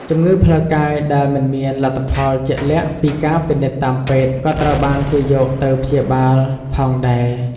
ជំងឺផ្លូវកាយដែលមិនមានលទ្ធផលជាក់លាក់ពីការពិនិត្យតាមពេទ្យ ក៏ត្រូវបានគេយកទៅព្យាបាលផងដែរ។